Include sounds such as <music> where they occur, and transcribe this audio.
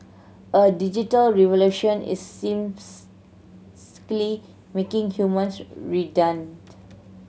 a digital revolution is <unintelligible> making humans <unintelligible>